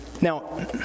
Now